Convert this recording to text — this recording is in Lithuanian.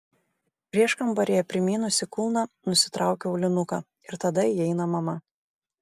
prieškambaryje primynusi kulną nusitraukiu aulinuką ir tada įeina mama